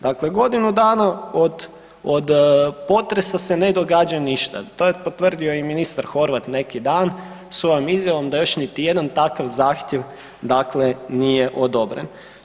Dakle godinu dana od potresa se ne događa ništa, to je potvrdio i ministar Horvat neki dan, svojom izjavom da još niti jedna takav zahtjev dakle nije odobren.